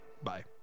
Bye